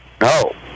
No